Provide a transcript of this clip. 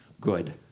Good